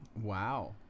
Wow